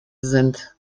sind